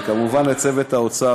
וכמובן לצוות האוצר,